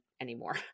anymore